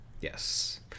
Yes